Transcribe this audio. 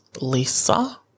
lisa